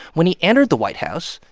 when he entered the white house,